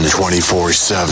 24-7